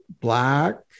black